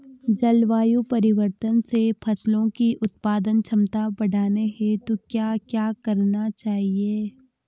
जलवायु परिवर्तन से फसलों की उत्पादन क्षमता बढ़ाने हेतु क्या क्या करना चाहिए?